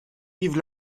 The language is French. yves